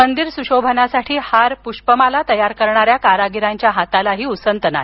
मंदिर सुशोभनासाठी हार पुष्पमाला तयार करणाऱ्या कारागीरांच्या हातालाही उसंत नाही